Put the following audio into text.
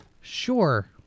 sure